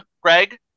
Greg